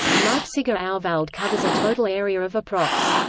leipziger auwald covers a total area of approx.